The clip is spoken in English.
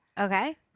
Okay